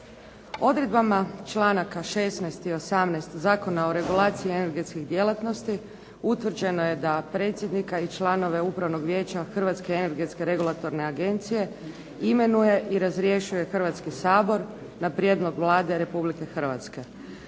Odredbama članaka 16. i 18. Zakona o regulaciji energetskih djelatnosti utvrđeno je da predsjednika i članove Upravnog vijeća Hrvatske energetske regulatorne agencije imenuje i razrješuje Hrvatski sabor na prijedlog Vlade Republike Hrvatske.